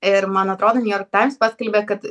ir man atrodo new york times paskelbė kad